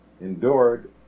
endured